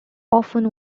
often